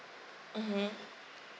mmhmm